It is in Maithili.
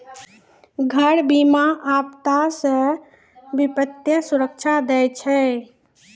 घर बीमा, आपदा से वित्तीय सुरक्षा दै छै